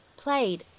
played